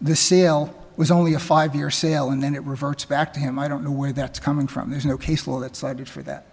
the sale was only a five year sale and then it reverts back to him i don't know where that's coming from there's no case law that cited for that